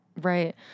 Right